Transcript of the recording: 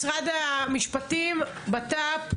משרד המשפטים, בט"פ,